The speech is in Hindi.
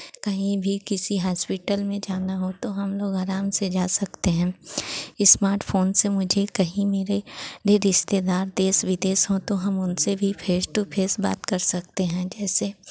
कहीं भी किसी हॉस्पिटल में जाना हो तो हम लोग आराम से जा सकते हैं स्मार्टफ़ोन से मुझे कहीं मेरे रे रिश्तेदार देश विदेश हों तो हम उनसे भी फेस टू फेस बात कर सकते हैं जैसे